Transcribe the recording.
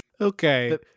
Okay